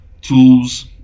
tools